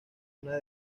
una